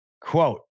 Quote